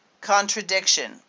Contradiction